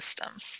systems